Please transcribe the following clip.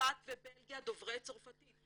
צרפת ובלגיה, דוברי צרפתית.